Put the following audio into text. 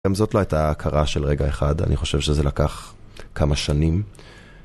גם זאת לא הייתה ההכרה של רגע אחד, אני חושב שזה לקח כמה שנים